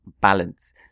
balance